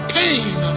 pain